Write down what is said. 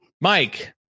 Mike